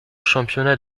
championnats